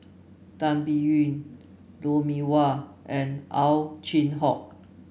Tan Biyun Lou Mee Wah and Ow Chin Hock